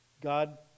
God